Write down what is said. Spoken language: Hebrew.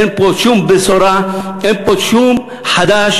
אין פה שום בשורה, אין פה שום חדש.